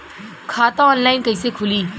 खाता ऑनलाइन कइसे खुली?